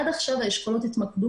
עד עכשיו האשכולות התמקדו